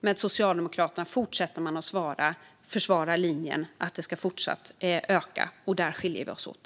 Med Socialdemokraterna fortsätter man att försvara linjen att priset ska fortsätta att öka. Där skiljer vi oss åt.